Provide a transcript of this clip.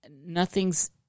nothing's